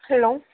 hello